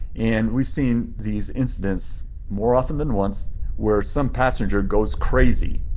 and we've seen these incidents more often than once where some passenger goes crazy,